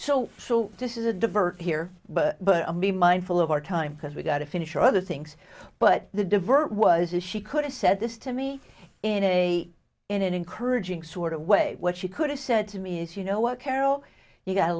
so so this is a divert here but but be mindful of our time because we got to finish other things but the divert was if she could have said this to me in a in an encouraging sort of way what she could have said to me is you know what carol you've got a